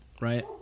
right